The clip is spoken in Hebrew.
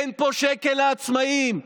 אין פה שקל לעצמאים.